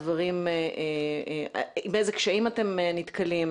באיזה קשיים אתם נתקלים,